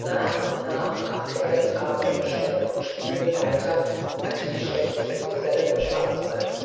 nach und nach brachte er es aber im schlemmen und spielen weiter als die schlechtesten gesellen im schwarzwald